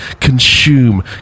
Consume